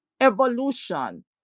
evolution